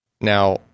Now